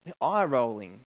eye-rolling